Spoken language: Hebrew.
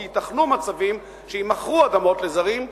כי ייתכנו מצבים שיימכרו אדמות לזרים,